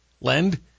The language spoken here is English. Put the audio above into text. Lend